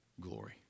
glory